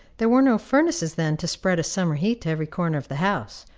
there were no furnaces then to spread a summer heat to every corner of the house.